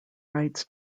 rights